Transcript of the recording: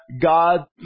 God